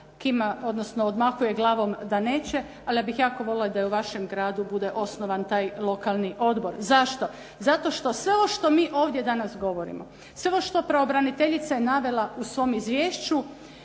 odmahuje glavnom da neće, ali ja bih jako voljela da u vašem gradu bude osnovan taj lokalni odbor. Zašto? Zato što sve ovo što mi ovdje danas govorimo, sve ovo što je pravobraniteljica navela u svom izvješću